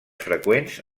freqüents